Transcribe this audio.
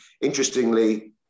Interestingly